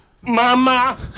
mama